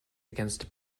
against